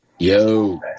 Yo